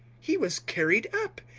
he was carried up,